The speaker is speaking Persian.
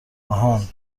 آهان